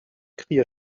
clear